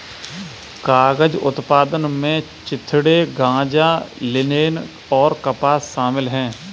कागज उत्पादन में चिथड़े गांजा लिनेन और कपास शामिल है